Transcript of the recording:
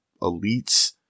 elites